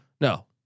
No